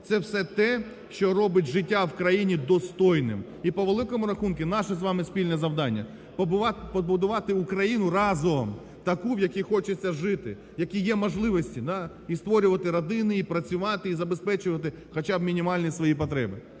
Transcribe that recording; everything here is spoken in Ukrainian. це все те, що робить життя в країні достойним. І по великому рахунку, наше з вами спільне завдання – побудувати Україну разом таку, в якій хочеться жити, в якій є можливості і створювати родини, і працювати, і забезпечувати хоча б мінімальні свої потреби.